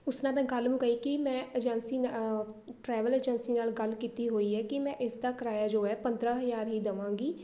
ਉਸ ਨਾਲ ਮੈਂ ਗੱਲ ਮੁਕਾਈ ਕਿ ਮੈਂ ਏਜੰਸੀ ਨਾ ਟਰੈਵਲ ਏਜੰਸੀ ਨਾਲ ਗੱਲ ਕੀਤੀ ਹੋਈ ਹੈ ਕਿ ਮੈਂ ਇਸਦਾ ਕਿਰਾਇਆ ਜੋ ਹੈ ਪੰਦਰ੍ਹਾਂ ਹਜ਼ਾਰ ਹੀ ਦੇਵਾਂਗੀ